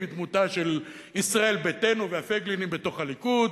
בדמותה של ישראל ביתנו והפייגלינים בתוך הליכוד,